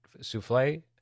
souffle